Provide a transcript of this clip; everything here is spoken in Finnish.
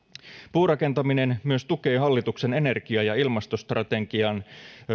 puurakentaminen myös tukee hallituksen energia ja ilmastostrategian